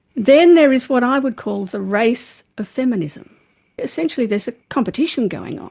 then there is what i would call, the race of feminism essentially there's a competition going on.